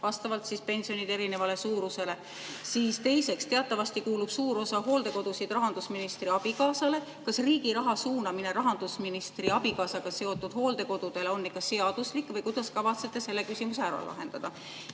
vastavalt pensionide erinevale suurusele? Teiseks, teatavasti kuulub suur osa hooldekodusid rahandusministri abikaasale. Kas riigi raha suunamine rahandusministri abikaasaga seotud hooldekodudele on ikka seaduslik või kuidas kavatsete selle küsimuse ära lahendada?